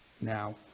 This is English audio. Now